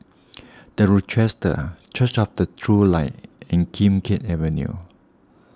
the Rochester Church of the True Light and Kim Keat Avenue